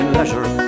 leisure